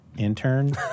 Intern